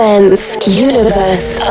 Universe